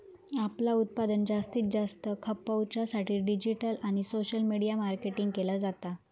आपला उत्पादन जास्तीत जास्त खपवच्या साठी डिजिटल आणि सोशल मीडिया मार्केटिंग केला जाता